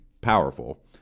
powerful